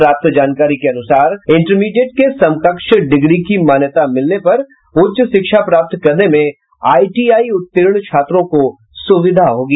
प्राप्त जानकारी के अनुसार इंटरमीडिएट के समकक्ष डिग्री की मान्यता मिलने पर उच्च शिक्षा प्राप्त करने में आईटीआई उत्तीर्ण छात्रों को सुविधा होगी